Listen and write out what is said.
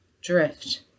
drift